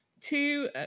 two